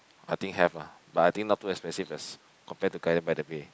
I think have lah but I think not too expensive as compare to Gardens-by-the-Bay